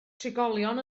trigolion